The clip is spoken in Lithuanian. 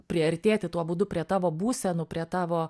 priartėti tuo būdu prie tavo būsenų prie tavo